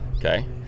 Okay